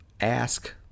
ask